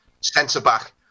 centre-back